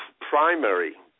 primary